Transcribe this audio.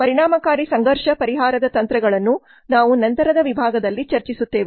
ಪರಿಣಾಮಕಾರಿ ಸಂಘರ್ಷ ಪರಿಹಾರದ ತಂತ್ರಗಳನ್ನು ನಾವು ನಂತರದ ವಿಭಾಗದಲ್ಲಿ ಚರ್ಚಿಸುತ್ತೇವೆ